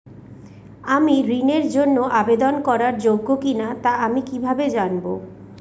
আমি ঋণের জন্য আবেদন করার যোগ্য কিনা তা আমি কীভাবে জানব?